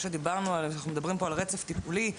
אנחנו מדברים פה על רצף טיפולי,